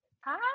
Hi